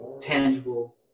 tangible